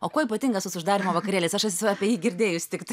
o kuo ypatingas tas uždarymo vakarėlis aš esu apie jį girdėjus tiktai